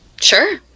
Sure